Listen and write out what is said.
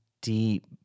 deep